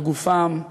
על גופם,